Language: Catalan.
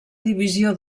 divisió